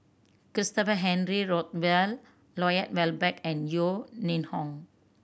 Christopher Henry Rothwell Lloyd Valberg and Yeo Ning Hong